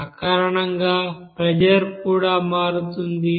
ఆ కారణంగా ప్రెజర్ కూడా మారుతుంది